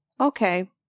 Okay